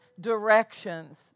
directions